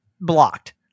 blocked